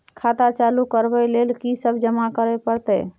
खाता चालू करबै लेल की सब जमा करै परतै?